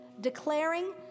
declaring